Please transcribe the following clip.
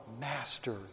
Master